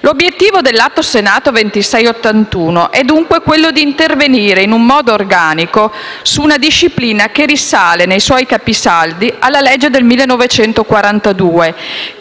L'obiettivo del disegno di legge al nostro esame, l'Atto Senato 2681, è dunque quello di intervenire in modo organico su una disciplina che risale, nei suoi capisaldi, alla legge del 1942,